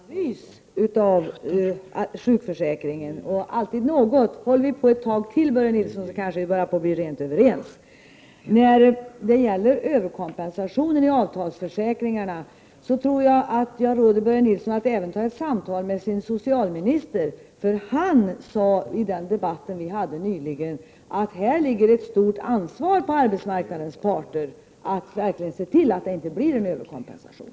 Fru talman! Nu har det i alla fall konstaterats att det skall göras en analys av sjukförsäkringen, och det är alltid något. Håller vi på ett tag till, Börje Nilsson, börjar vi kanske rent av bli överens. När det gäller överkompensationen i avtalsförsäkringarna vill jag råda Börje Nilsson att ta ett samtal med sin socialminister. Denne sade nämligen i den debatt som vi nyligen hade att det ligger ett stort ansvar på arbetsmarknadens parter att verkligen se till att det inte blir en överkompensation.